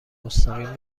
مستقیم